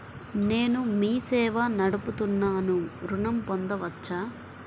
నేను మీ సేవా నడుపుతున్నాను ఋణం పొందవచ్చా?